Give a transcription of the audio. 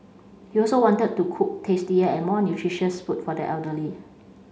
he also wanted to cook tastier and more nutritious food for the elderly